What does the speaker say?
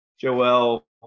Joel